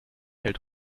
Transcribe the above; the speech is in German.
hält